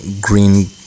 green